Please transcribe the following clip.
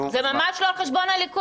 זה ממש לא על חשבון הליכוד.